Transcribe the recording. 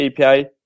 API